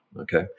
Okay